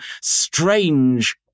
strange